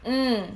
mm